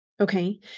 Okay